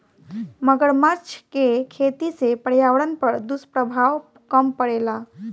मगरमच्छ के खेती से पर्यावरण पर दुष्प्रभाव कम पड़ेला